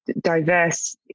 Diverse